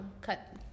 cut